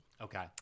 Okay